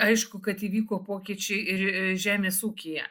aišku kad įvyko pokyčiai ir žemės ūkyje